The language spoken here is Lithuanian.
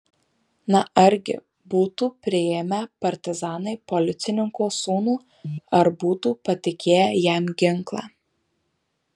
na argi būtų priėmę partizanai policininko sūnų ar būtų patikėję jam ginklą